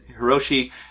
Hiroshi